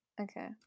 okay